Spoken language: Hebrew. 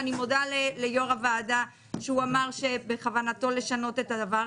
ואני מודה ליושב-ראש הוועדה שהוא אמר שבכוונתו לשנות את זה.